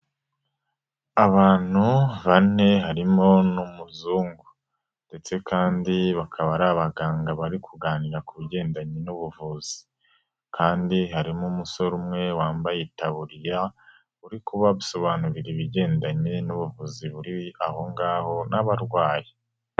Abantu bane harimo n'umuzungu ndetse kandi bakaba ari abaganga bari kuganira ku bigendanye n'ubuvuzi kandi harimo umusore umwe wambaye itaburiya, uri kubasobanurira ibigendanye n'ubuvuzi buri aho ngaho n'abarwayi.